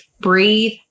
breathe